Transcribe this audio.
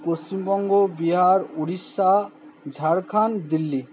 Paschimbanga Bihar Orissa Jharkhand Delhi